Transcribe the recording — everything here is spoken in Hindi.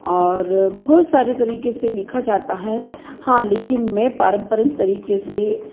और बहुत सारे तरीके से लिखा जाता है हाँ लेकिन मैं पारम्परिक तरीके से